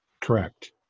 Correct